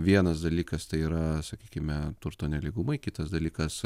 vienas dalykas tai yra sakykime turto nelygumai kitas dalykas